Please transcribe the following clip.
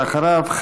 ואחריו,